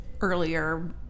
earlier